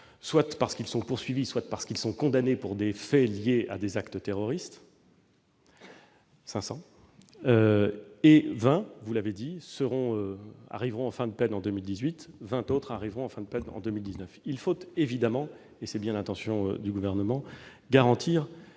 soit parce qu'ils sont poursuivis, soit parce qu'ils sont condamnés pour des faits liés à des actes terroristes, et 20, comme vous l'avez dit, arriveront en fin de peine en 2018, tandis que 20 autres arriveront en fin de peine en 2019. Il faut évidemment, et telle est bien l'intention du Gouvernement, garantir